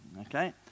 Okay